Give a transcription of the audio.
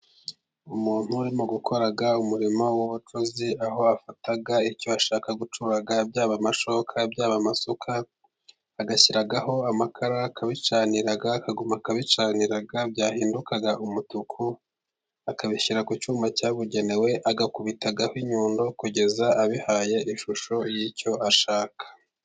Umuntu urimo gukora umurimo w'ubucuzi, aho afata icyo ashaka gucura byaba amashoka byaba amasuka, agashyiraho amakara akabicanira akagumya akabicanira, byahinduka umutuku akabishyira ku cyuma cyabugenewe, agakubitaho inyundo kugeza abihaye ishusho y'icyo ashaka.